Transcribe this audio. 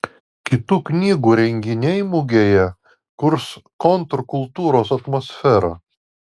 kitų knygų renginiai mugėje kurs kontrkultūros atmosferą